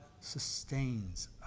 sustains